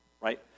right